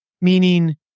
meaning